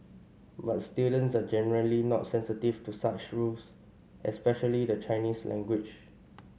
but students are generally not sensitive to such rules especially the Chinese language